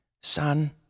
Son